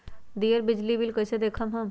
दियल बिजली बिल कइसे देखम हम?